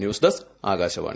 ആ news desk Akashvani